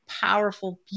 powerful